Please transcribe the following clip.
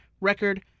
record